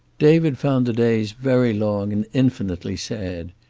david found the days very long and infinitely sad.